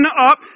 up